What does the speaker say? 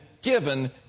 given